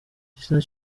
igitsina